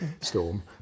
storm